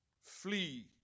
flee